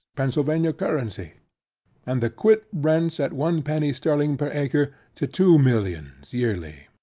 pennsylvania currency and the quit-rents at one penny sterling per acre, to two millions yearly.